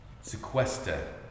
sequester